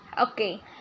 Okay